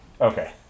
Okay